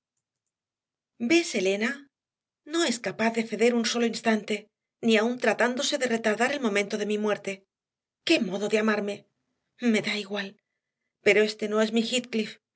ves elena no es capaz de ceder un solo instante ni aun tratándose de retardar el momento de mi muerte qué modo de amarme me da igual pero éste no es mi